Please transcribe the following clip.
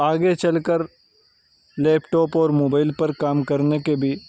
آگے چل کر لیپ ٹاپ اور موبائل پر کام کرنے کے بھی